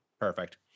Perfect